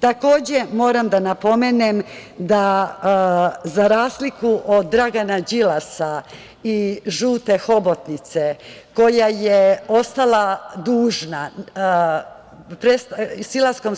Takođe, moram da napomenem da za razliku od Dragana Đilasa i žute hobotnice, koja silaskom